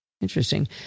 Interesting